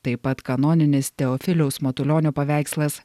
taip pat kanoninis teofiliaus matulionio paveikslas